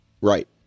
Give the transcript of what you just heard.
Right